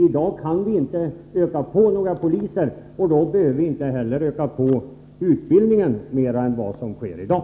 I dag kan vi inte öka på med några poliser, och då behöver vi inte heller öka utbildningen mer än vad som sker i dag.